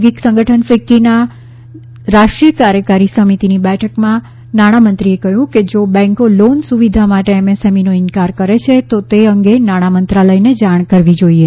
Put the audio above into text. ઔદ્યોગિક સંગઠન ફિક્કીની રાષ્ટ્રીય કાર્યકારી સમિતિની બેઠકમાં નાણાંમંત્રીએ કહ્યું કે જો બેન્કો લોન સુવિધા માટે એમએસએમઇનો ઇનકાર કરે છે તો તે અંગે નાણા મંત્રાલયને જાણ કરવી જોઈએ